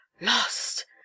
lost